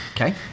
Okay